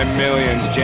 millions